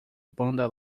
banda